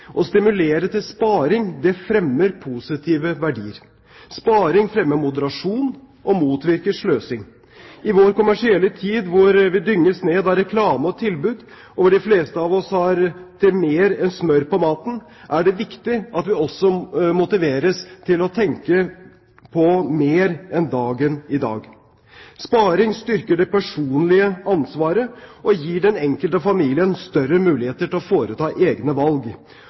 Å stimulere til sparing fremmer positive verdier. Sparing fremmer moderasjon og motvirker sløsing. I vår kommersielle tid, hvor vi dynges ned av reklamer og tilbud, og hvor de fleste av oss har til mer enn smør på maten, er det viktig at vi også motiveres til å tenke på mer enn dagen i dag. Sparing styrker det personlige ansvaret og gir den enkelte familie større muligheter til å foreta egne valg.